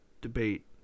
debate